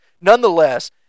nonetheless